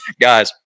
guys